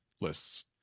lists